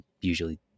usually